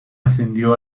ascendió